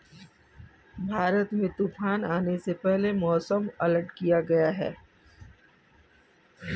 भारत में तूफान आने से पहले मौसम अलर्ट किया गया है